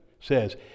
says